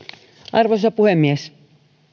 arvoisa puhemies